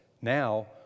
now